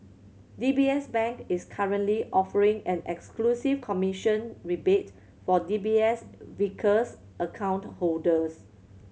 D B S Bank is currently offering an exclusive commission rebate for D B S Vickers account holders